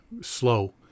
slow